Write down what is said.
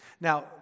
Now